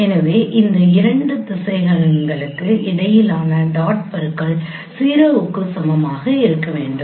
எனவே இந்த இரண்டு திசையன்களுக்கு இடையிலான டாட் பெருக்கல் ௦ க்கு சமமாக இருக்க வேண்டும்